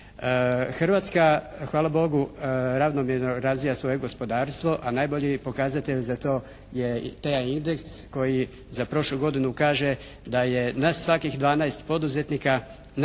Hrvatska hvala Bogu ravnomjerno razvija svoje gospodarstvo a najbolji pokazatelj za to je …/Govornik se ne razumije./… indeks koji za prošlu godinu kaže da je na svakih 12 poduzetnika, pardon